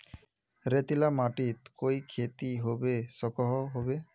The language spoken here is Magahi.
रेतीला माटित कोई खेती होबे सकोहो होबे?